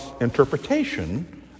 interpretation